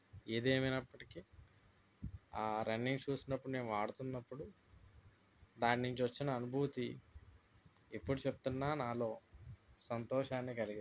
ఏది ఏమైనప్పటికి ఆ రన్నింగ్ షూస్ని అప్పుడు నేను వాడుతున్నప్పుడు దాని నుంచి వచ్చిన అనుభూతి ఎప్పుడు చెప్తున్నా నాలో సంతోషాన్ని కలిగిస్తుంది